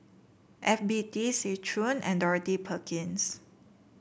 F B T Seng Choon and Dorothy Perkins